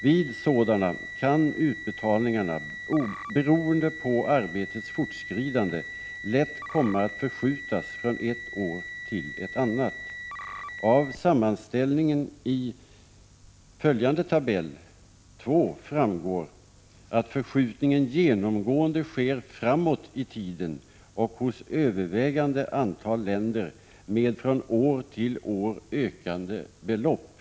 Vid sådana kan utbetalningarna, beroende på arbetets fortskridande, lätt komma att förskjutas från ett år till ett annat. Av sammanställningen i en annan tabell som nu visas i kammaren framgår att förskjutningen genomgående sker framåt i tiden och hos övervägande antal länder med från år till år ökande belopp.